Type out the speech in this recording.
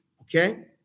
okay